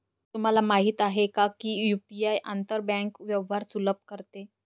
तुम्हाला माहित आहे का की यु.पी.आई आंतर बँक व्यवहार सुलभ करते?